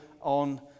on